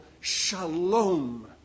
shalom